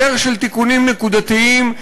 בדרך של תיקונים נקודתיים,